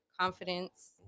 confidence